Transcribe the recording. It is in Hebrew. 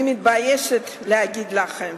חברי חברי הכנסת, אני מתביישת להגיד לכם